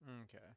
Okay